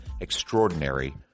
Extraordinary